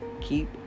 keep